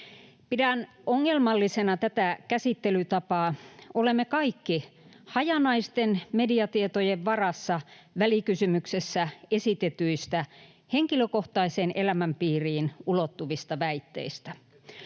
Pidän ongelmallisena tätä käsittelytapaa — olemme kaikki hajanaisten mediatietojen varassa välikysymyksessä esitetyistä henkilökohtaiseen elämänpiiriin ulottuvista väitteistä.